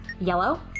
yellow